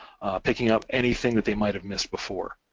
picking up anything that they might've missed before.